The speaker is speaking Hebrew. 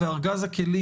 וארגז הכלים